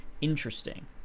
interesting